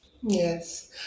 Yes